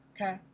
Okay